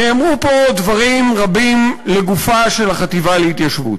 נאמרו פה דברים רבים לגופה של החטיבה להתיישבות,